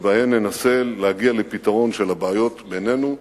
שבהן ננסה להגיע לפתרון של הבעיות בינינו,